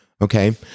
okay